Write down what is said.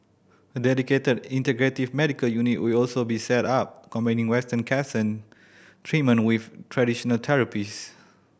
a dedicated integrative medical unit will also be set up combining western cancer treatment with traditional therapies